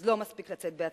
אז לא מספיק לצאת בהצהרות.